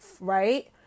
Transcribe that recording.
right